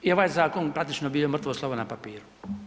I ovaj zakon, praktično bio je mrtvo slovo na papiru.